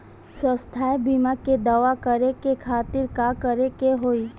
स्वास्थ्य बीमा के दावा करे के खातिर का करे के होई?